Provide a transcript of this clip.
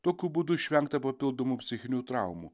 tokiu būdu išvengta papildomų psichinių traumų